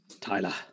Tyler